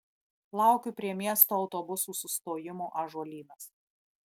laukiu prie miesto autobusų sustojimo ąžuolynas